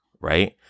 right